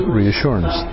reassurance